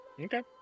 Okay